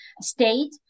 state